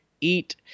eat